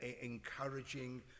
encouraging